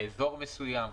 לאזור מסוים.